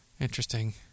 interesting